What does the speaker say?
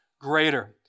greater